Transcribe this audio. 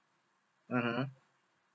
mmhmm